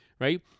right